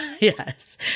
Yes